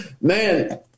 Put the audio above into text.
Man